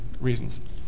reasons